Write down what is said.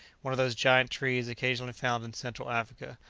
one of those giant trees occasionally found in central africa,